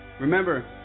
Remember